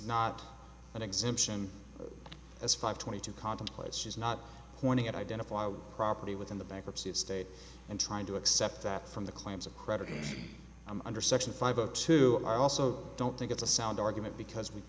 not an exemption as five twenty two contemplates she's not pointing out identify with property within the bankruptcy of state and trying to accept that from the claims of creditors under section five of two i also don't think it's a sound argument because we